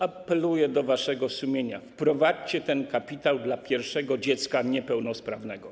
Apeluję do waszego sumienia, wprowadźcie ten kapitał dla pierwszego dziecka niepełnosprawnego.